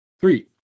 Three